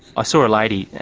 ah saw a lady,